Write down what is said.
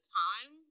time